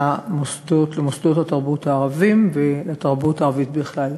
למוסדות התרבות הערביים ולתרבות הערבית בכלל.